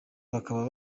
bakaba